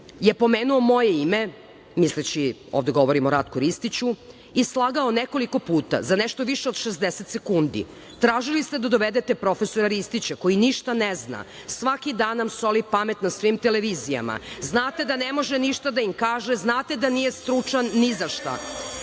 je pomenuo moje, misleći, ovde govorimo o Ratku Ristiću i slagao nekoliko puta, za nešto više od 60 sekundi. Tražili ste da dovedete profesora Ristića koji ništa ne zna, svaki dan nam soli pamet na svim televizijama, znate da ne može ništa da im kaže, znate da nije stručan ni za šta,